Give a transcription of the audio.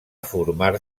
formar